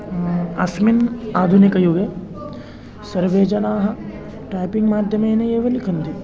अस्मिन् आधुनिकयुगे सर्वे जनाः टैपिङ्ग् माध्यमेन एव लिखन्ति